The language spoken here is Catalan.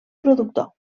productor